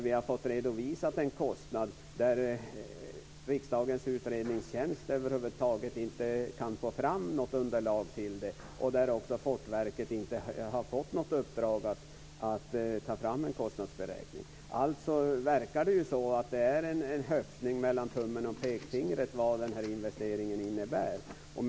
Vi har fått en kostnad redovisad, men Riksdagens utredningstjänst kan över huvud taget inte få fram något underlag. Fortifikationsverket har inte heller fått i uppdrag att ta fram en kostnadsberäkning. Det verkar alltså som om beräkningen av investeringen är en höftning.